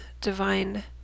divine